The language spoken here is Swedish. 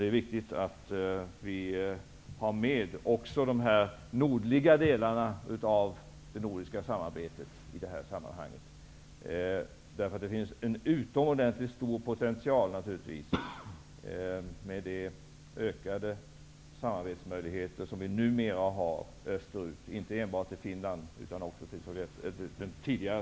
Det är viktigt att vi har med också de nordliga delarna av det nordiska samarbetet i sammanhanget. Det finns en utomordentligt stor potential i det utökade samarbette österut, inte enbart med Finland utan även med det tidigare